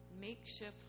makeshift